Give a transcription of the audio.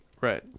Right